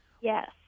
Yes